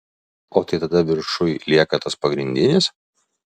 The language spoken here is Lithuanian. o tai tada viršuj lieka tas pagrindinis